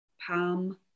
palm